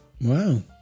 Wow